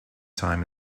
time